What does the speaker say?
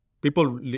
people